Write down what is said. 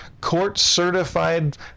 court-certified